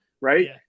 Right